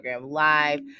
Live